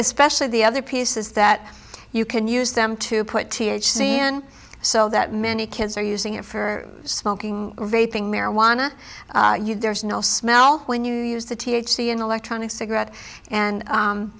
especially the other pieces that you can use them to put t h c in so that many kids are using it for smoking raping marijuana there's no smell when you use the t h c in electronic cigarette and